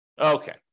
Okay